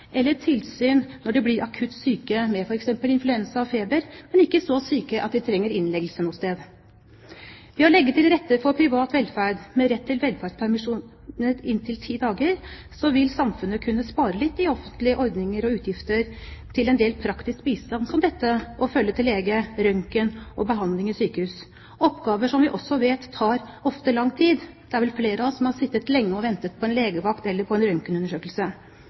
eller tilsyn når de blir akutt syke med f.eks. influensa og feber, men ikke så syke at de trenger innleggelse noe sted. Ved å legge til rette for privat velferd med rett til velferdspermisjon på inntil ti dager vil samfunnet kunne spare litt i offentlige ordninger og utgifter til en del praktisk bistand som å følge til lege og røntgen og behandling i sykehus, oppgaver som vi vet ofte tar lang tid. Det er vel flere av oss som har sittet lenge og ventet på en legevakt eller på en